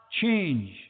change